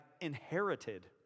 inherited